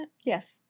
Yes